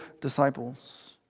disciples